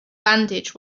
bandage